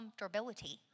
comfortability